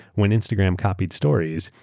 when instagram copied stories,